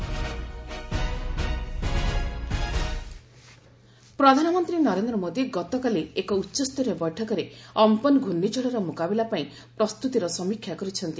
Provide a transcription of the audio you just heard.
PM Amphan ପ୍ରଧାନମନ୍ତ୍ରୀ ନରେନ୍ଦ୍ର ମୋଦୀ ଗତକାଲି ଏକ ଉଚ୍ଚସ୍ତରୀୟ ବୈଠକରେ ଅମ୍ପନ୍ ଘର୍ଷ୍ଣିଝଡ଼ର ମୁକାବିଲା ପାଇଁ ପ୍ରସ୍ତୁତିର ସମୀକ୍ଷା କରିଛନ୍ତି